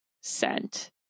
scent